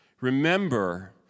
Remember